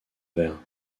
vers